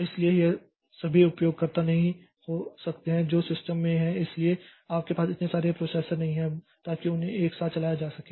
इसलिए यह सभी उपयोगकर्ता नहीं हो सकते हैं जो सिस्टम में हैं इसलिए आपके पास इतने सारे प्रोसेसर नहीं हैं ताकि उन्हें एक साथ चलाया जा सके